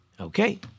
Okay